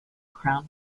crown